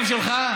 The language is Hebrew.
שלך?